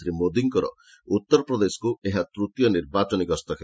ଶ୍ରୀ ମୋଦିଙ୍କର ଉତ୍ତର ପ୍ରଦେଶକୁ ଏହା ତ୍ତୀୟ ନିର୍ବାଚନୀ ଗସ୍ତ ହେବ